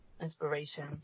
inspiration